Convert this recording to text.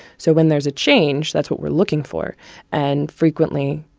so when there's a change, that's what we're looking for and frequently,